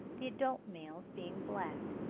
the adult males being black.